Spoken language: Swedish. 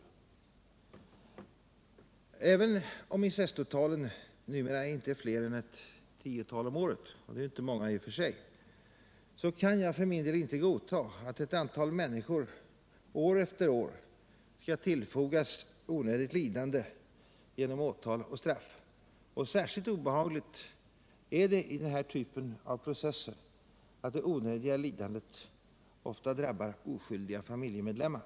Fredagen den Aven om inceståtalen numera inte är fler än något tiotal om året — och det är 10 mars 1978 i och för sig inte många — kan jag inte godta att ett antal människor år efter år tillfogas onödigt lidande genom åtal och straff. Särskilt obehagligt är det att det onödiga lidandet i den här typen av processer ofta drabbar oskyldiga familjemedlemmar.